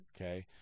Okay